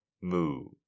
move